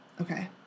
okay